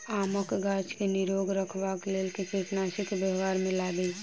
आमक गाछ केँ निरोग रखबाक लेल केँ कीड़ानासी केँ व्यवहार मे लाबी?